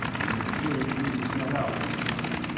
and make sure the news got out this time.